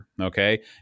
Okay